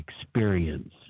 experience